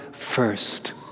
First